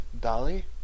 Dolly